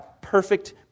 perfect